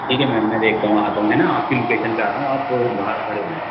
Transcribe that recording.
ٹھیک ہے میم میں دیکھتا ہوں آتا ہوں ہے نا آپ کی لوکیشن پہ آتا ہوں آپ باہر کھڑے ہو جائیں